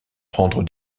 prendre